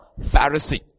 Pharisee